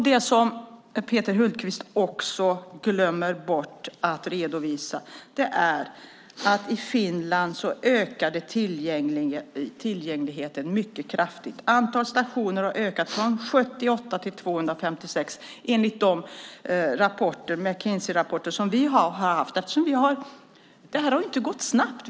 Det som Peter Hultqvist också glömmer bort att redovisa är att tillgängligheten ökade mycket kraftigt i Finland. Antalet stationer har ökat från 78 till 256 enligt de McKinseyrapporter som vi har fått. Det här har inte gått snabbt.